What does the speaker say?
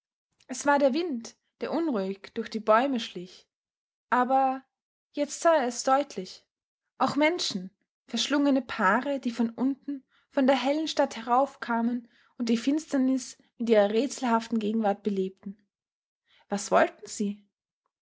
es war der wind der unruhig durch die bäume schlich aber jetzt sah er es deutlich auch menschen verschlungene paare die von unten von der hellen stadt heraufkamen und die finsternis mit ihrer rätselhaften gegenwart belebten was wollten sie